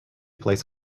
place